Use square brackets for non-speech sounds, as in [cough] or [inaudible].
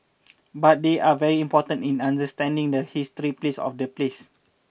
but they are very important in understanding the history [unintelligible] of the place